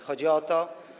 Chodzi o to.